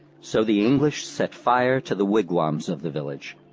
so the english set fire to the wigwams of the village.